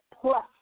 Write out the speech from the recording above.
Plus